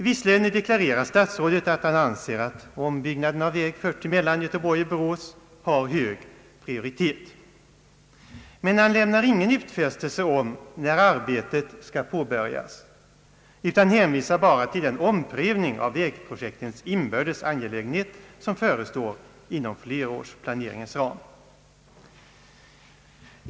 Visserligen deklarerar statsrådet att han anser att ombyggnaden av väg 40 mellan Göteborg och Borås har hög prioritet, men han lämnar ingen utfästelse om när arbetet skall påbörjas utan hänvisar bara till den omprövning av vägprojektens inbördes angelägenhetsgrad som förestår inom flerårsplaneringens ram.